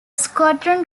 squadron